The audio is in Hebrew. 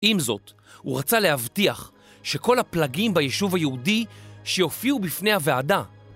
עם זאת הוא רצה להבטיח שכל הפלגים ביישוב היהודי שיופיעו בפני הוועדה.